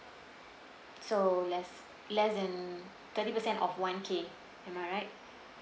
so less less than thirty per cent of one K am I right